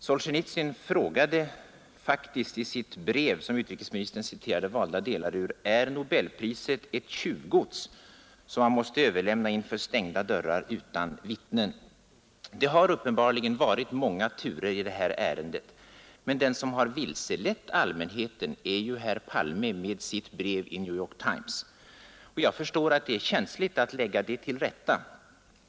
Solsjenitsyn frågar faktiskt i sitt brev, som utrikesministern citerade valda delar ur: ”——— är Nobelpriset verkligen ett tjuvgods som man måste överlämna inför stängda dörrar utan vittnen?” Det har uppenbarligen varit många turer i det här ärendet, men den som har vilselett allmänheten är ju herr Palme med sitt brev i New York Nr 115 Times, och jag förstår att det är känsligt att lägga det till rätta.